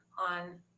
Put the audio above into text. on